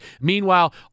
Meanwhile